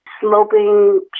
sloping